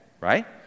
right